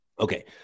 Okay